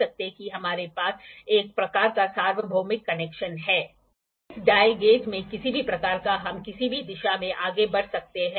तो हम केंद्र में तय करते हैं और हमारे पास 0 से 180 तक के एंगल हैं आपके पास 0 से 180 हो सकते हैं या जो 360 डिग्री तक जारी रह सकते हैं